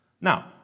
Now